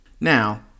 now